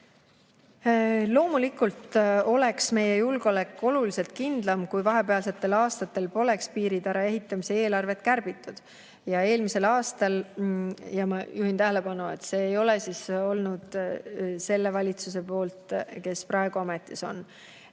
Loomulikult oleks meie julgeolek oluliselt kindlam, kui vahepealsetel aastatel poleks piiritara ehitamise eelarvet kärbitud. Eelmisel aastal – ma juhin tähelepanu, et see ei ole olnud selle valitsuse otsus, kes praegu ametis on